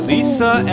Lisa